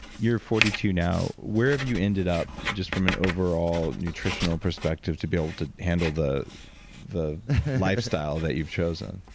you're forty two now, where have you ended up just from an overall nutritional perspective to be able to handle the the lifestyle that you've chosen?